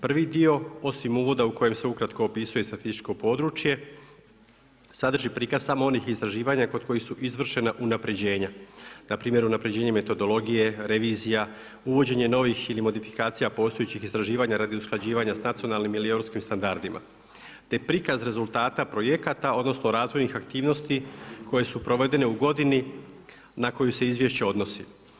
Prvi dio, osim uvoda u kojem se ukratko opisuje statističko područje, sadrži prikaz samo onih istraživanja kod kojih su izvršena unaprijeđena, npr. unapređenje metodologije, revizija, uvođenje novih ili modifikacija postojećih istraživanja radi usklađivanja s nacionalnim ili europskim standardima, te prikaz rezultata projekata, odnosno razvojnih aktivnosti koje su provedene u godini na koju se izvješće odnosi.